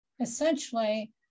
essentially